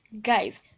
guys